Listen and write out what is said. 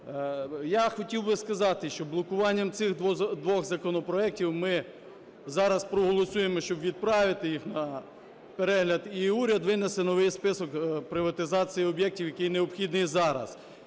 Я хотів би сказати, що блокуванням цих двох законопроектів ми зараз проголосуємо, щоб відправити їх на перегляд, і уряд винесе новий список приватизації об'єктів, який необхідний зараз.